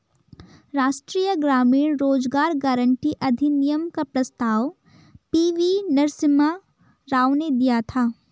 राष्ट्रीय ग्रामीण रोजगार गारंटी अधिनियम का प्रस्ताव पी.वी नरसिम्हा राव ने दिया था